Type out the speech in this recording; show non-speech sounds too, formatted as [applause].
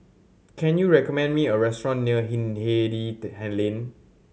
can you recommend me a restaurant near Hindhede [unintelligible] Lane